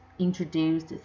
introduced